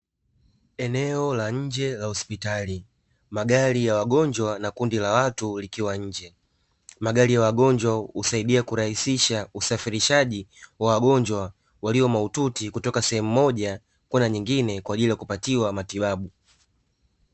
Eneo la nje la hospitali, magari ya wagonjwa na kundi la watu likiwa nje. Magari ya wagonjwa husaidia kurahisisha usafirishaji wa wagonjwa walio mahututi kutoka sehemu moja kwenda nyingine kwaajili ya kupatiwa matibabu.